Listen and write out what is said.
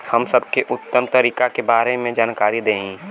हम सबके उत्तम तरीका के बारे में जानकारी देही?